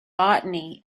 botany